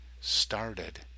started